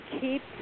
keep